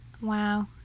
wow